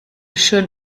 schön